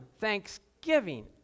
thanksgiving